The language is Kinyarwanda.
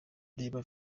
reba